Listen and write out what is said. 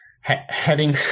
heading